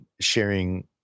sharing